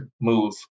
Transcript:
move